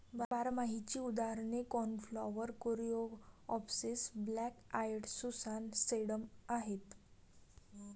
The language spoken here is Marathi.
बारमाहीची उदाहरणे cornflower, coreopsis, black eyed Susan, sedum आहेत